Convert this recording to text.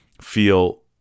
feel